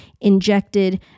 injected